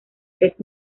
tres